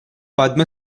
padma